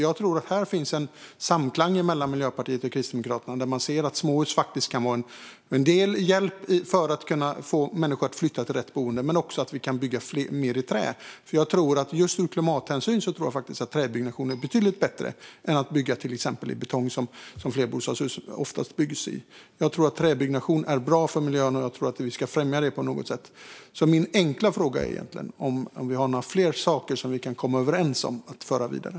Jag tror att det finns en samklang här mellan Miljöpartiet och Kristdemokraterna - man ser att småhus kan vara en hjälp för att människor ska kunna flytta till rätt boende men också att vi kan bygga mer i trä. Just ur klimathänseende tror jag faktiskt att träbyggnation är betydligt bättre än att bygga i till exempel betong, som oftast är fallet när det gäller flerbostadshus. Jag tror att träbyggnation är bra för miljön och att vi bör främja det på något sätt. Så min enkla fråga är om vi har några fler saker som vi kan komma överens om att föra vidare.